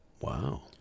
Wow